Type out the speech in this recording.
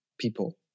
People